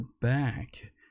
back